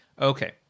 Okay